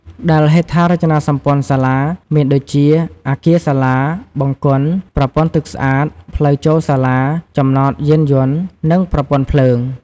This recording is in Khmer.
ដែលហេដ្ឋារចនាសម្ព័ន្ធសាលា មានដូចជា អាគារសាលា បង្គន់ ប្រព័ន្ធទឹកស្អាត ផ្លូវចូលសាលា ចំណតយានយន្ត និង ប្រព័ន្ធភ្លើង។